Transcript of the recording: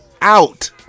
out